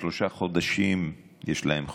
שלושה חודשים יש להם חופש,